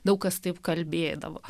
daug kas taip kalbėdavo